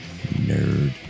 Nerd